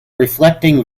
reflecting